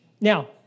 Now